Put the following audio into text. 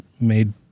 made